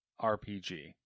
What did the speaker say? RPG